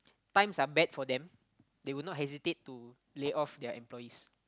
times are bad for them they will not hesitate to lay off their employees